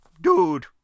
dude